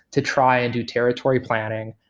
to try and do territory planning,